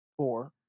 Four